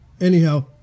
Anyhow